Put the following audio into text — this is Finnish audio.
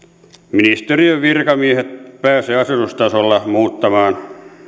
ministeriön virkamiehet pääse asetustasolla muuttamaan